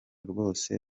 rwose